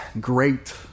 great